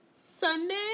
Sunday